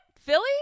Philly